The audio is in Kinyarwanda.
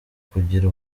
kugira